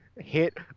hit